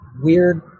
weird